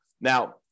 Now